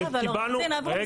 עו"ד אברומזון,